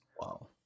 Wow